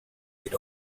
mid